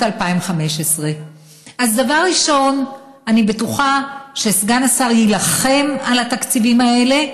2015. אני בטוחה שסגן השר יילחם על התקציבים האלה,